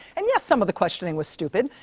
and yes, some of the questioning was stupid,